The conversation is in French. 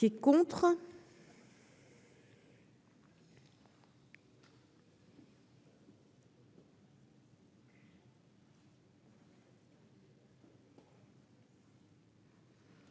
Qui est contre.